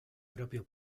propio